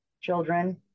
children